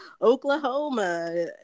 oklahoma